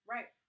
Right